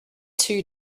two